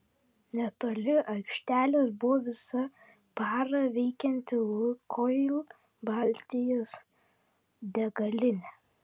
netoli aikštelės buvo visą parą veikianti lukoil baltijos degalinė